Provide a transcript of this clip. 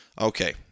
Okay